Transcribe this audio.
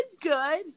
good